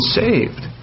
saved